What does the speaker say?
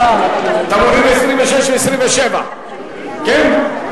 26, 27. אתה מוריד את 26 ואת 27, כן?